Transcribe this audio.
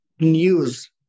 news